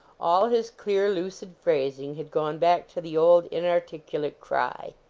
all his clear, lucid phrasing, had gone back to the old inarticulate cry.